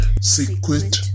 secret